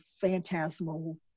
phantasmal